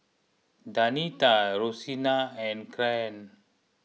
Danita Roseanna and Caryn